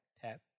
tap